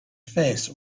face